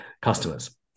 customers